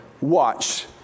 watch